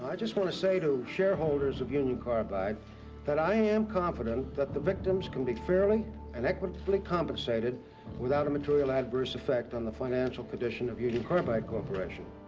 just want to say to shareholders of union carbide that i am confident that the victims can be fairly and equitably compensated without a material adverse effect on the financial condition of union carbide corporation.